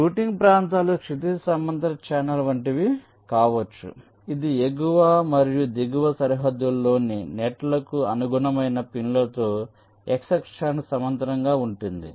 routing ప్రాంతాలు క్షితిజ సమాంతర ఛానెల్ వంటివి కావచ్చు ఇది ఎగువ మరియు దిగువ సరిహద్దులలోని నెట్లకు అనుగుణమైన పిన్లతో x అక్షానికి సమాంతరంగా ఉంటుంది